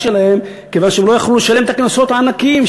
שלהם כיוון שהם לא יכלו לשלם את הקנסות העיקריים,